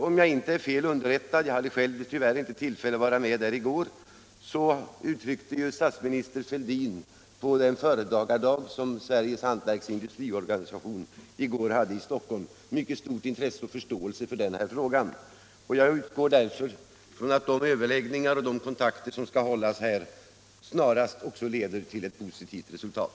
På den företagardag som Sveriges hantverksoch industriorganisation i går hade i Stockhom uttryckte statsminister Fälldin, om jag inte är fel underrättad — jag hade själv tyvärr inte tillfälle att delta — ett mycket stort intresse och stor förståelse för denna fråga. Jag utgår därför ifrån att de överläggningar som kommer att ske snarast leder till ett positivt resultat.